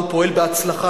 הוא פועל בהצלחה,